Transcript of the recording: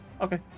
Okay